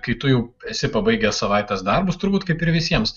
kai tu jau esi pabaigęs savaitės darbus turbūt kaip ir visiems